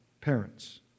Parents